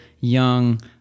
young